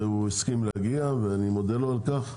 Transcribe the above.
הוא הסכים להגיע ואני מודה לו על כך.